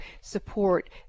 support